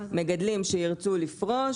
מגדלים שירצו לפרוש,